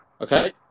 Okay